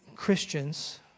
Christians